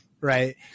Right